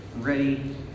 ready